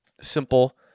Simple